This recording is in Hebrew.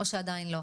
או שעדיין לא?